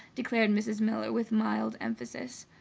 declared mrs. miller with mild emphasis.